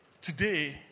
today